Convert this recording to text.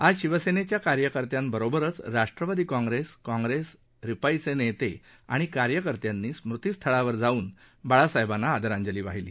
आज शिवसेनेच्या कार्यकर्त्याबरोबरच राष्ट्रवादी काँग्रेस काँग्रेस रिपाईचे नेते आणि कार्यकर्त्यानी स्मृतिस्थळावर जाऊन बाळासाहेबांना आदरांजली वाहिली